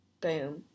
Boom